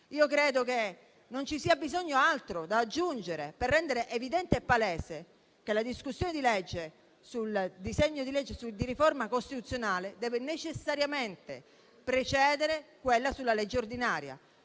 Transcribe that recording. Credo che non ci sia bisogno di aggiungere altro per rendere evidente e palese che la discussione sul disegno di legge di riforma costituzionale deve necessariamente precedere quella su una legge ordinaria: